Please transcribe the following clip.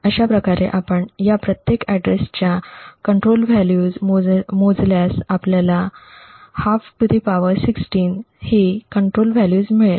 अशाप्रकारे आपण या प्रत्येक ऍड्रेसच्या नियंत्रणाचे मूल्य मोजल्यास आपल्याला 12 16 हे नियंत्रण मूल्य मिळेल